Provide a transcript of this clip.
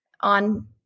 on